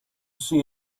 see